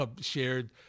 shared